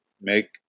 make